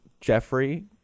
Jeffrey